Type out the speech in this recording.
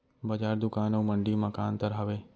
बजार, दुकान अऊ मंडी मा का अंतर हावे?